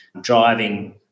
driving